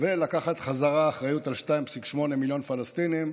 ולקחת בחזרה אחריות על 2.8 מיליון פלסטינים.